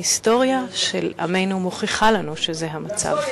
ההיסטוריה של עמנו מוכיחה לנו שזה המצב,